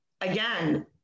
Again